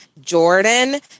Jordan